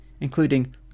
including